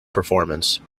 performance